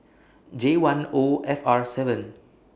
J one O F R seven